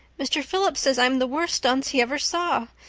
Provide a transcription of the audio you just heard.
mr. phillips says i'm the worst dunce he ever saw